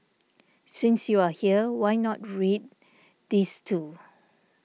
since you are here why not read these too